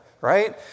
right